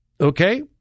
Okay